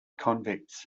convicts